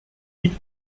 liegt